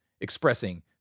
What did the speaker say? expressing